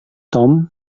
tom